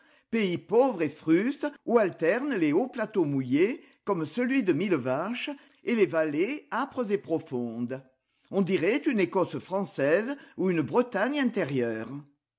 pays pauvre et fruste où alternent les hauts plateaux mouillés comme celui de millevaches et les vallées âpres et profondes on dirait une ecosse française ou une bretagne intérieure